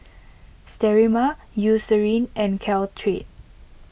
Sterimar Eucerin and Caltrate